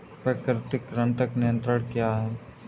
प्राकृतिक कृंतक नियंत्रण क्या है?